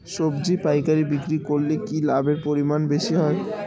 সবজি পাইকারি বিক্রি করলে কি লাভের পরিমাণ বেশি হয়?